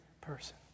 person